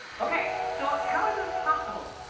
ok. so how is this possible?